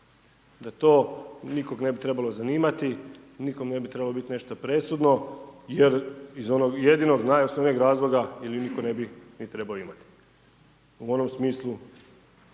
da to nikoga ne bi trebalo zanimati, nikome ne bi trebalo biti nešto presudno jer iz onog jedinog najosnovnijeg razloga ili ju nitko niti trebao imati u onom smislu